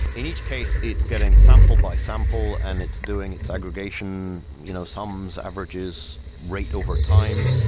in each case, it's getting sample-by-sample and it's doing its aggregation, you know sums, averages, rate over time.